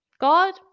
God